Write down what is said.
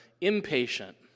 impatient